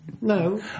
No